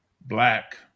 black